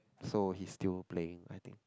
so he still playing I think